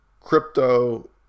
crypto